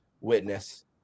witness